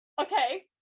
okay